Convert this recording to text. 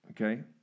Okay